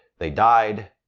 they died,